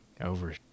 over